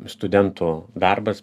studentų darbas